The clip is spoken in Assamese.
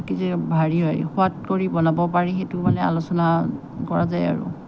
কেতিয়াবা হেৰি হয় সোৱাদ কৰি বনাব পাৰি সেইটো মানে আলোচনা কৰা যায় আৰু